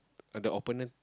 the opponent